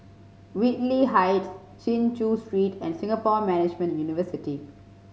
Whitley Heights Chin Chew Street and Singapore Management University